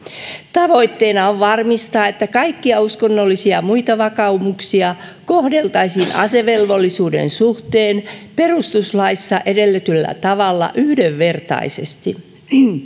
tavoitteena on varmistaa että kaikkia uskonnollisia ja muita vakaumuksia kohdeltaisiin asevelvollisuuden suhteen perustuslaissa edellytetyllä tavalla yhdenvertaisesti